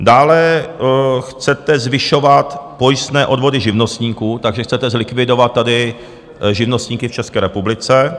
Dále chcete zvyšovat pojistné odvody živnostníků, takže chcete zlikvidovat tady živnostníky v České republice.